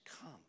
Come